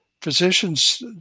physicians